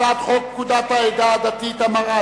הצעת חוק לתיקון פקודת העדה הדתית (המרה)